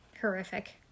horrific